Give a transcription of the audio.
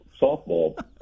softball